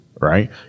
right